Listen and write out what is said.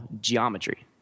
geometry